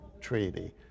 treaty